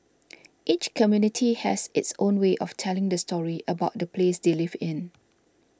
each community has its own way of telling the story about the place they live in